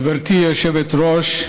גברתי היושבת-ראש,